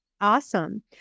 Awesome